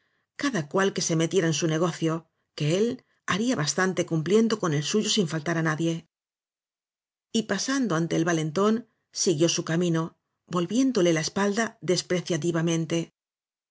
cada cual que se metiera en su negocio que él haría bastante cumplien do con el suyo sin faltar á nadie pasando ante el valentón siguió su camino volvién dole la espalda despreciativamente